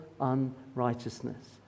unrighteousness